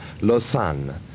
Lausanne